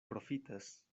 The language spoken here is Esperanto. profitas